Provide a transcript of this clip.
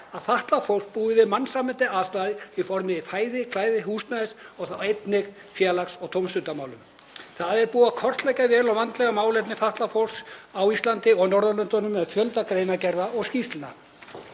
að fatlað fólk búi við mannsæmandi aðstæður í formi fæðis, klæðis og húsnæðis og þá einnig í félags- og tómstundamálum. Það er búið að kortleggja vel og vandlega málefni fatlaðs fólks á Íslandi og á Norðurlöndunum með fjölda greinargerða og skýrslna.